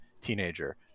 teenager